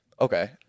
Okay